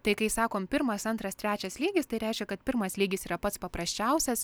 tai kai sakom pirmas antras trečias lygis tai reiškia kad pirmas lygis yra pats paprasčiausias